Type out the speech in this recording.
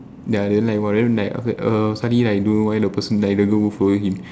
ya then like !wah! then like after that err suddenly like don't know why the person die the girl move over him